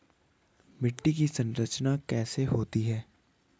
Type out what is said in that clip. मिट्टी की संरचना कैसे होती है?